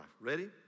Ready